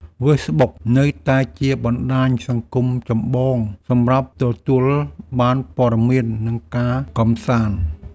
ហ្វេសប៊ុក នៅតែជាបណ្តាញសង្គមចម្បងសម្រាប់ទទួលបានព័ត៌មាន និងការកម្សាន្ត។